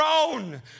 own